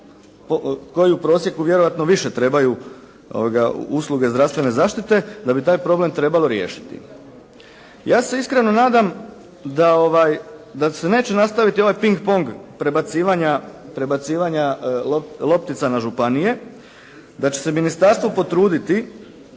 koji u prosjeku vjerojatno više trebaju usluge zdravstvene zaštite da bi taj problem trebalo riješiti. Ja se iskreno nadam da se neće nastaviti ovaj ping-pong prebacivanja loptica na županije, da će se ministarstvo potruditi